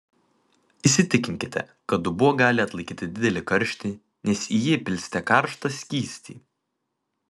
įsitikinkite kad dubuo gali atlaikyti didelį karštį nes į jį pilsite karštą skystį